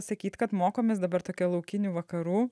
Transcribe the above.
sakyt kad mokomės dabar tokia laukinių vakarų